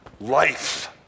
life